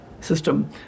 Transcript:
system